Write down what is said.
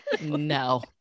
no